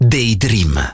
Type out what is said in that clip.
Daydream